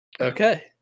Okay